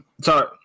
Sorry